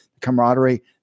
camaraderie